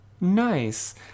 Nice